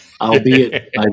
albeit